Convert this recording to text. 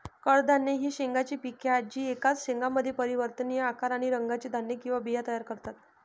कडधान्ये ही शेंगांची पिके आहेत जी एकाच शेंगामध्ये परिवर्तनीय आकार आणि रंगाचे धान्य किंवा बिया तयार करतात